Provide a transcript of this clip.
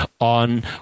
on